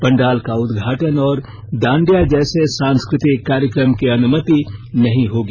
पंडाल का उदघाटन और दांडया जैसे सांस्कृतिक कार्यक्रम की अनुमति नहीं होगी